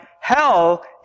hell